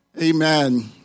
Amen